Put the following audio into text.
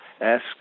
Ask